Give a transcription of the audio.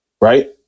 right